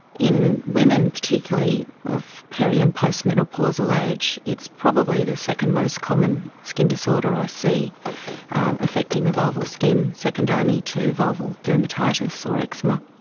in women particularly of peri and postmenopausal age, it's probably the second-most common skin disorder i see affecting the vulval skin, second only to vulval dermatitis or eczema.